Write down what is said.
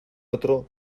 otro